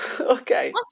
Okay